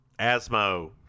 Asmo